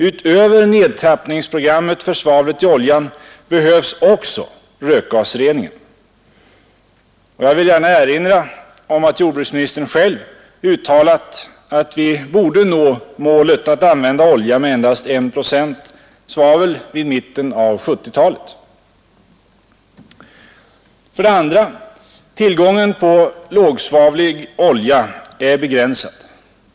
Utöver nedtrappningsprogrammet för svavlet i oljan behövs också rökgasreningen. Jag vill gärna erinra om att jordbruksministern själv uttalat att vi borde nå målet att använda olja med endast en procent svavel vid mitten av 1970-talet. 2. Tillgången på lågsvavlig olja är begränsad.